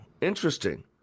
Interesting